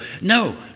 no